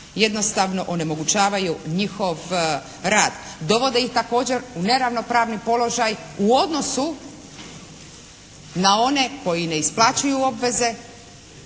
jednostavno onemogućavaju njihov rad. Dovode ih također u neravnopravni položaj u odnosu na one koji ne isplaćuju obveze,